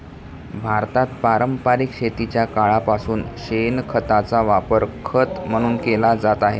भारतात पारंपरिक शेतीच्या काळापासून शेणखताचा वापर खत म्हणून केला जात आहे